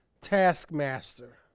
taskmaster